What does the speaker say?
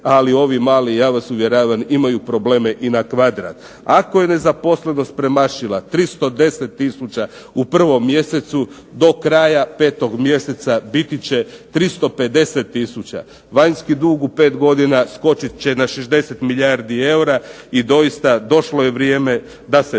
Ali ovi mali ja vas uvjeravam imaju probleme i na kvadrat. Ako je nezaposlenost premašila 310 tisuća u 1. mjesecu, do kraja 5. mjeseca biti će 350 tisuća. Vanjski dug u 5 godina skočit će na 60 milijardi eura. I dosta je došlo vrijeme da se